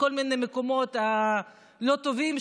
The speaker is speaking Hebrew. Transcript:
מכל מיני מקומות לא טובים,